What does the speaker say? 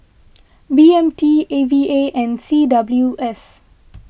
B M T A V A and C W S